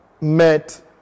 met